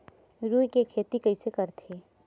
रुई के खेती कइसे करथे?